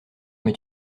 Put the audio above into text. mais